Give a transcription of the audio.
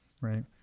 right